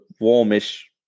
warmish